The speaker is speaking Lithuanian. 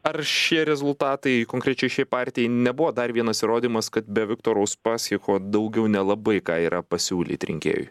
ar šie rezultatai konkrečiai šiai partijai nebuvo dar vienas įrodymas kad be viktoro uspaskicho daugiau nelabai ką yra pasiūlyt rinkėjui